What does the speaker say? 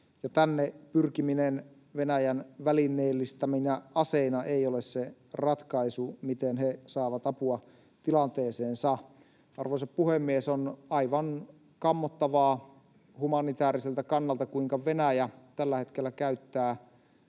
tänne pyrkiminen Venäjän välineellistäminä aseina ei ole se ratkaisu, miten he saavat apua tilanteeseensa. Arvoisa puhemies! On aivan kammottavaa humanitääriseltä kannalta, kuinka Venäjä tällä hetkellä käyttää